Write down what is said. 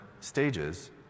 stages